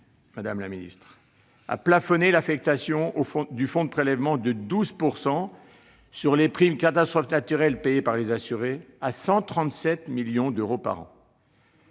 finances pour 2018 a plafonné l'affectation au fonds du prélèvement de 12 % sur les primes « catastrophes naturelles » payées par les assurés à 137 millions d'euros par an.